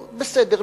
בסדר,